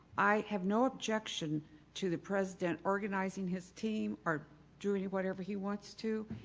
i have no objection to the president organizing his team or doing whatever he wants to.